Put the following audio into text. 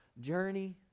journey